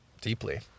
deeply